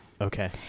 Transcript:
Okay